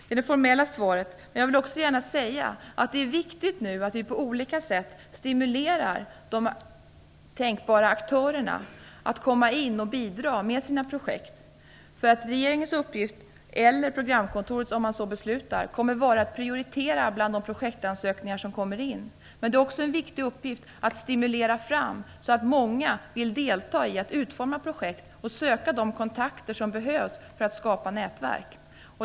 Det är det formella svaret. Men jag vill också gärna säga att det är viktigt att vi nu på olika sätt stimulerar de tänkbara aktörerna att komma in och bidra med sina projekt. Regeringens uppgift, eller programkontorets om man så beslutar, kommer att vara att prioritera bland de projektansökningar som kommer in. Det är också en viktig uppgift att stimulera till att många vill delta i att utforma projekt och söka de kontakter som behövs för att skapa nätverk.